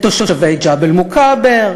את תושבי ג'בל-מוכבר,